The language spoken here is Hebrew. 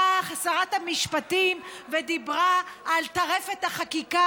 באה שרת המשפטים ודיברה על טרפת החקיקה,